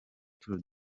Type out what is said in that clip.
tour